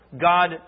God